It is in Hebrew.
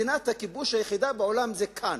מדינת הכיבוש היחידה בעולם זה כאן,